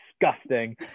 disgusting